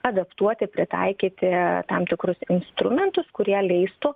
adaptuoti pritaikyti tam tikrus instrumentus kurie leistų